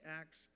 acts